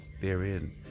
therein